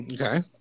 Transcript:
Okay